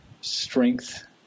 strength